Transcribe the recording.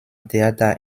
theater